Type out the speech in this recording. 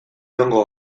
joango